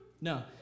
No